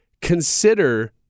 consider